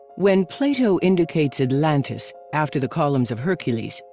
when plato indicates atlantis, after the columns of hercules,